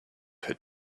had